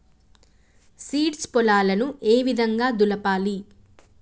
Seeds పొలాలను ఏ విధంగా దులపాలి?